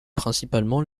principalement